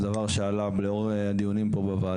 המיגוניות ובתי החולים זה דבר שעלה לאור הדיונים פה בוועדה.